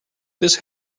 this